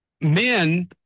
men